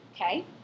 okay